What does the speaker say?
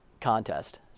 contest